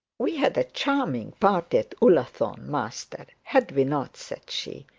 we had a charming party at ullathorne, master, had we not said she.